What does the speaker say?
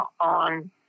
on